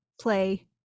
play